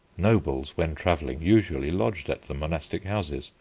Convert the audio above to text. nobles, when travelling, usually lodged at the monastic houses,